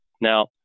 now